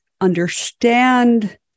understand